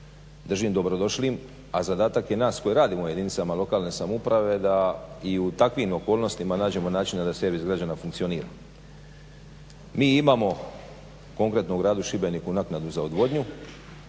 držim dobrodošlim, a zadatak je nas koji radimo u jedinicama lokalne samouprave da i u takvim okolnostima nađemo načina da servis građana funkcionira. Mi imamo konkretno u gradu Šibeniku naknadu za odvodnju